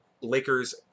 Lakers